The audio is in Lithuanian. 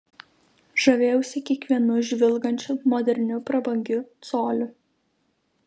žavėjausi kiekvienu žvilgančiu moderniu prabangiu coliu